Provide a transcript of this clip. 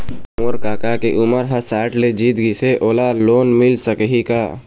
मोर कका के उमर ह साठ ले जीत गिस हे, ओला लोन मिल सकही का?